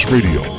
Radio